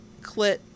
Clit